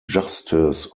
justice